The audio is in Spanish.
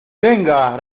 venga